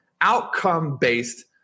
outcome-based